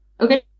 okay